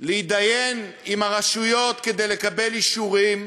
להתדיין עם הרשויות כדי לקבל אישורים